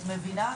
את מבינה?